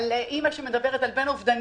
כתבה על אימא עם בן אובדני.